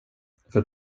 för